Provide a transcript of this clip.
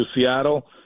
Seattle